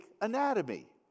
anatomy